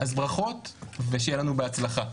אז ברכות, ושיהיה לנו בהצלחה.